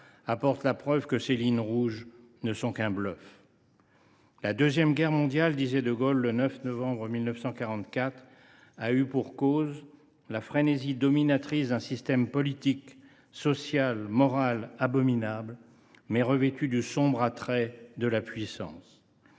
apporte la preuve que ses lignes rouges ne sont qu’un bluff. La Seconde Guerre mondiale, disait de Gaulle le 9 novembre 1944, a eu pour cause « la frénésie dominatrice d’un système politique, social, moral, abominable […], mais revêtu du sombre attrait de la puissance.